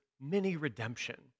mini-redemption